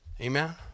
Amen